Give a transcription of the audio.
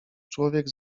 człowiek